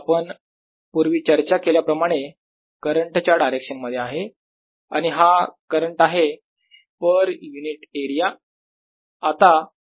आपण पूर्वी चर्चा केल्याप्रमाणे करंट च्या डायरेक्शन मध्ये आहे आणि हा करंट आहे पर युनिट एरिया